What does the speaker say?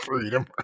Freedom